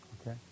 Okay